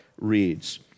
reads